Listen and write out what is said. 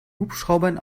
hubschraubern